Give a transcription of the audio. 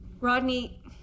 Rodney